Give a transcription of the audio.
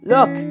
Look